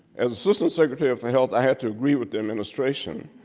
as assistance secretary for health i had to agree with the administration,